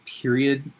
period